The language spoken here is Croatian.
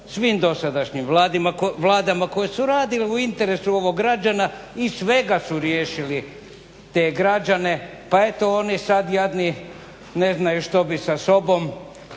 svim dosadašnjim vladama koje su radile u interesu ovog građana i svega su riješili te građane pa eto oni sad jadni ne znaju što bi sa sobom,